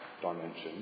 dimension